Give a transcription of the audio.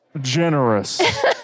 generous